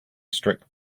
strict